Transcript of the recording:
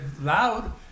loud